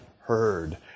heard